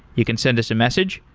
you can send us a message.